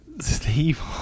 Steve